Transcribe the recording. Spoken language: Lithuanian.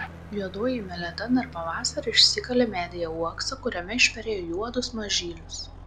juodoji meleta dar pavasarį išsikalė medyje uoksą kuriame išperėjo juodus mažylius